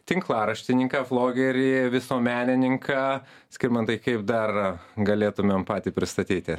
tinklaraštininką vlogerį visuomenininką skirmantai kaip dar galėtumėm patį pristatyti